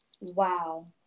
Wow